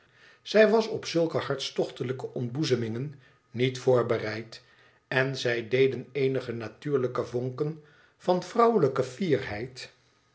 zij was op zulke harstochtelijke ontboezemingen niet voorbereid en zij deden eenige natuurlijke vonken van vrouwelijke fierheid